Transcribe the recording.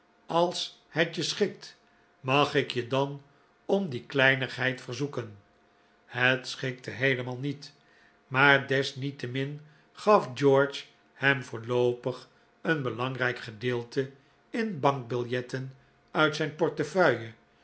als het je schikt mag ik je dan om die kleinigheid verzoeken het schikte heelemaal niet maar desniettemin gaf george hem voorloopig een belangrijk gedeelte in bankbiljetten uit zijn portefeuille